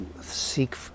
seek